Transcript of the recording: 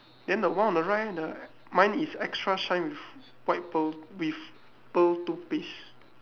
then the word on the right leh the mine is extra shine with white pearl with pearl toothpaste